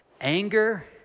Anger